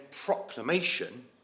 proclamation